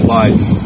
life